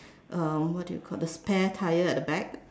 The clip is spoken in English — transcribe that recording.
uh what do you call the spare tyre at the back